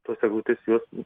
tos eglutės jos